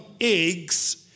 eggs